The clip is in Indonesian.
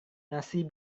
nasi